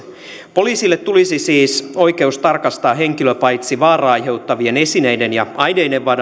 poliisille tulisi siis oikeus tarkastaa henkilö paitsi vaaraa aiheuttavien esineiden ja aineiden